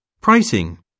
Pricing